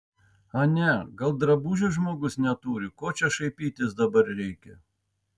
ane gal drabužių žmogus neturi ko čia šaipytis dabar reikia